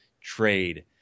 trade